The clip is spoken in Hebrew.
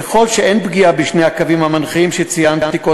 ככל שאין פגיעה בשני הקווים המנחים שציינתי,